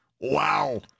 Wow